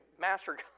master